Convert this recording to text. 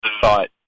thought